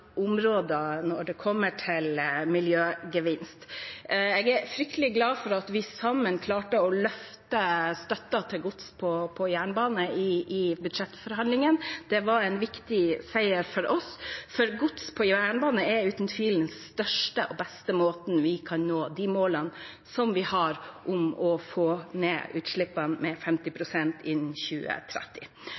områder når det gjelder miljøgevinst. Jeg er fryktelig glad for at vi sammen klarte å løfte støtten til gods på jernbane i budsjettforhandlingene. Det var en viktig seier for oss, for gods på jernbane er uten tvil den største og beste måten for at vi kan nå de målene vi har om å få ned utslippene med 50 pst. innen 2030.